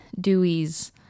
Dewey's